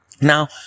Now